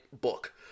book